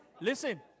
listen